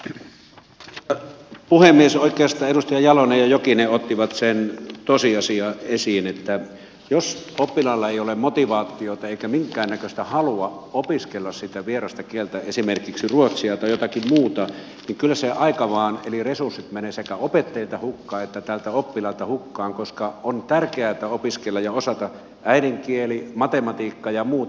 oikeastaan edustajat jalonen ja jokinen ottivat sen tosiasian esiin että jos oppilaalla ei ole motivaatiota eikä minkäännäköistä halua opiskella sitä vierasta kieltä esimerkiksi ruotsia tai jotakin muuta kyllä se aika eli resurssit vain menevät sekä opettajilta että tältä oppilaalta hukkaan koska on tärkeätä opiskella ja osata äidinkieli matematiikka ja muut